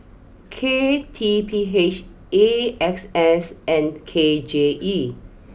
K T P H A X S and K J E